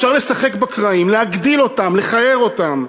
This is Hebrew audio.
אפשר לשחק בקרעים, להגדיל אותם, לכער אותם.